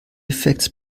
effekts